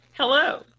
Hello